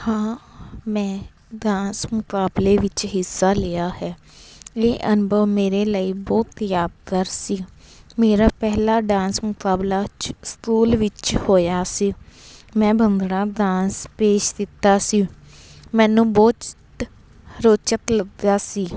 ਹਾਂ ਮੈਂ ਡਾਂਸ ਮੁਕਾਬਲੇ ਵਿੱਚ ਹਿੱਸਾ ਲਿਆ ਹੈ ਇਹ ਅਨੁਭਵ ਮੇਰੇ ਲਈ ਬਹੁਤ ਯਾਦਗਾਰ ਸੀ ਮੇਰਾ ਪਹਿਲਾ ਡਾਂਸ ਮੁਕਾਬਲਾ ਸਕੂਲ ਵਿੱਚ ਹੋਇਆ ਸੀ ਮੈਂ ਭੰਗੜਾ ਡਾਂਸ ਪੇਸ਼ ਕੀਤਾ ਸੀ ਮੈਨੂੰ ਬਹੁਤ ਰੋਚਕ ਲੱਭਿਆ ਸੀ